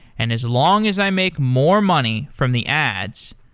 and as long as i make more money from the ads,